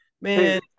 man